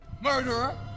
Murderer